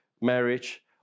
marriage